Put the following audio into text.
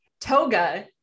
Toga